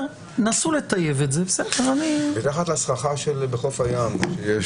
זה לא פעם ראשונה, פעם שנייה,